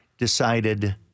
decided